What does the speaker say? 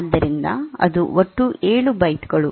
ಆದ್ದರಿಂದ ಅದು ಒಟ್ಟು 7 ಬೈಟ್ ಗಳು